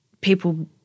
people